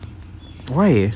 why